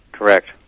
Correct